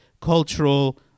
cultural